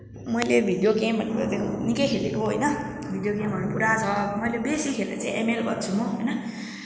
मैले भिडियो गेमहरू निकै खेलेको होइन भिडियो गेमहरू पुरा छ मैले बेसी खेल्ने चाहिँ एमएल भन्छु म होेइन